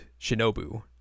Shinobu